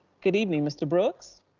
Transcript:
good evening, mr. brooks.